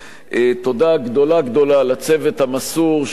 תודה גדולה גדולה לצוות המסור של ועדת הכנסת: